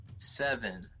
seven